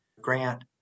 grant